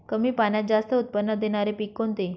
कमी पाण्यात जास्त उत्त्पन्न देणारे पीक कोणते?